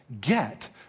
get